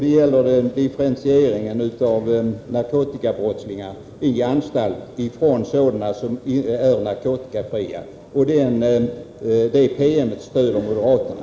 Det gäller en differentiering i anstalt mellan narkotikabrottslingar och sådana som är narkotikafria. Denna PM stöder moderaterna.